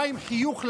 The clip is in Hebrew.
בא עם חיוך לרב,